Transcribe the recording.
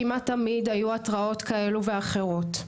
כמעט תמיד היו התראות כאלו ואחרות.